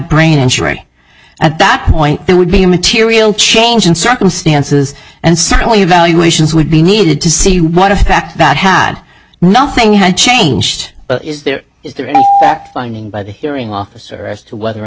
brain injury at that point there would be a material change in circumstances and certainly evaluations would be needed to see what effect that had nothing had changed is there is there any finding by the hearing officer as to whether or